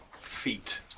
feet